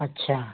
अच्छा